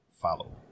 Follow